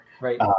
right